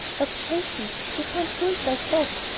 but, katy, you can't do it like that.